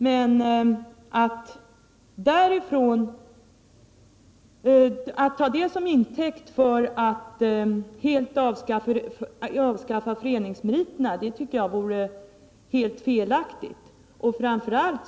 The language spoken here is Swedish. Men att ta detta som intäkt för att helt avskaffa föreningsmeriterna tycker jag är fullständigt felaktigt.